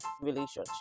relationship